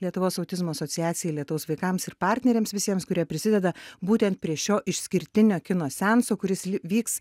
lietuvos autizmo asociacijai lietaus vaikams ir partneriams visiems kurie prisideda būtent prie šio išskirtinio kino seanso kuris vyks